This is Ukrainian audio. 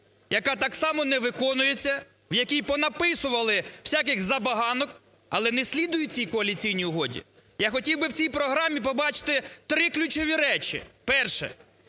яка так само не виконується, в якій понаписували всяких забаганок, але не слідують цій коаліційній угоді. Я хотів би в цій програмі побачити три ключові речі. Перше: